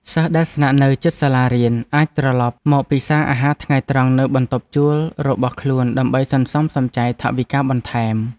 សិស្សដែលស្នាក់នៅជិតសាលារៀនអាចត្រឡប់មកពិសារអាហារថ្ងៃត្រង់នៅបន្ទប់ជួលរបស់ខ្លួនដើម្បីសន្សំសំចៃថវិកាបន្ថែម។